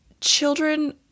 children